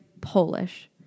Polish